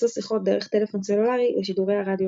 שהוכנסו שיחות דרך טלפון סלולרי לשידורי הרדיו.